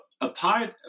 apart